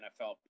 NFL